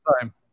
time